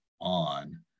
on